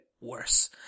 worse